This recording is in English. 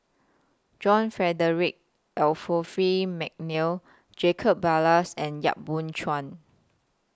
John Frederick Mcnair Jacob Ballas and Yap Boon Chuan